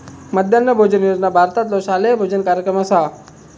मध्यान्ह भोजन योजना भारतातलो शालेय भोजन कार्यक्रम असा